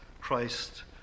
christ